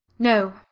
no,